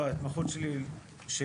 לא, ההתמחות שלי באופן